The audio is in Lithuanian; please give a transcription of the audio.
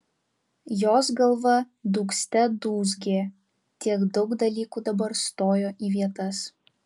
jos galva dūgzte dūzgė tiek daug dalykų dabar stojo į vietas